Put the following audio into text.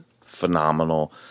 phenomenal